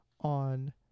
on